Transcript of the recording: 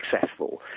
successful